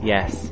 Yes